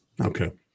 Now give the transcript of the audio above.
Okay